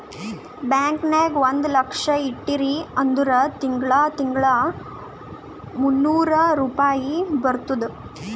bank ನಾಗ್ ಒಂದ್ ಲಕ್ಷ ಇಟ್ಟಿರಿ ಅಂದುರ್ ತಿಂಗಳಾ ತಿಂಗಳಾ ಮೂನ್ನೂರ್ ರುಪಾಯಿ ಬರ್ತುದ್